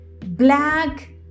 black